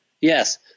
Yes